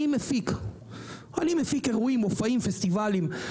אני מפיק אירועים, מופעים, פסטיבלים.